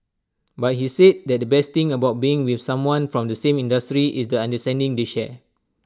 but he said that the best thing about being with someone from the same industry is the understanding they share